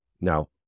Now